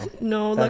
no